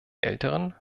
älteren